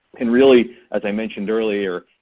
and really, as i mentioned earlier,